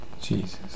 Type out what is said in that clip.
Jesus